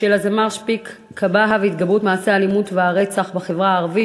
הזמר שפיק כבהא והתגברות מעשי האלימות והרצח בחברה הערבית,